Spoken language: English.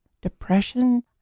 depression